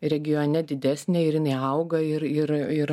regione didesnė ir jinai auga ir ir ir